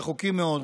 רחוקים מאוד.